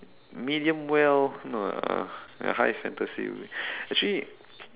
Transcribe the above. medium well no lah ya high fantasy will be actually